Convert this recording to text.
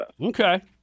Okay